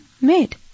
made